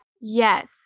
Yes